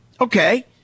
okay